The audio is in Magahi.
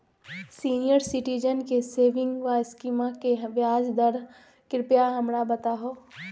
सीनियर सिटीजन के सेविंग स्कीमवा के ब्याज दर कृपया हमरा बताहो